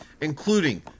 including